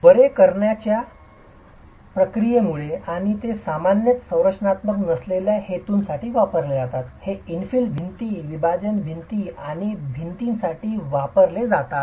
बरे करण्याच्या प्रक्रियेमुळे आणि हे सामान्यत संरचनात्मक नसलेले हेतूंसाठी वापरले जातात हे इनफिल्ल भिंती विभाजन भिंती आणि भिंतींसाठी वापरले जातात